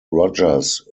rogers